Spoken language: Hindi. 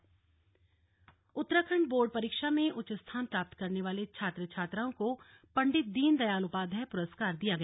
दीनदयाल उपाध्याय पुरस्कार उत्तराखंड बोर्ड परीक्षा में उच्च स्थान प्राप्त करने वाले छात्र छात्राओं को पंडित दीनदयाल उपाध्याय पुरस्कार दिया गया